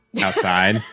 outside